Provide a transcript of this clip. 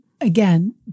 again